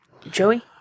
Joey